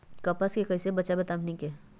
कपस से कईसे बचब बताई हमनी के?